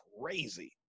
crazy